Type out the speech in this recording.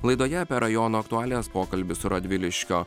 laidoje apie rajono aktualijas pokalbis su radviliškio